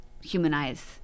humanize